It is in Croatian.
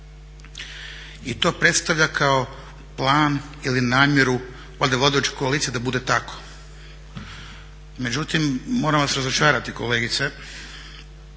i to predstavlja kao plan ili namjeru valjda vladajuće koalicije da bude tako. Međutim, moram vas razočarati kolegice